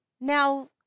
now